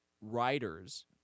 writers